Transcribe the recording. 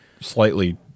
slightly